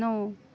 ਨੌਂ